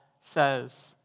says